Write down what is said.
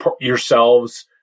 yourselves